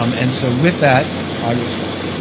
um and so, with that, i will stop.